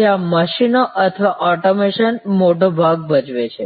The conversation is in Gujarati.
જ્યાં મશીનો અથવા ઓટોમેશન મોટો ભાગ ભજવે છે